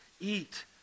eat